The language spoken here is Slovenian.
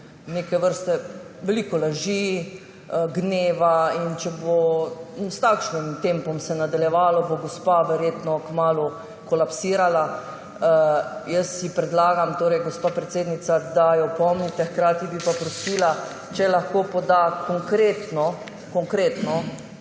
neke vrste laži, gneva. Če se bo s takšnim tempom nadaljevalo, bo gospa verjetno kmalu kolapsirala. Predlagam, gospa predsednica, da jo opomnite. Hkrati bi pa prosila, če lahko poda konkretno, kje konkretno